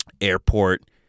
airport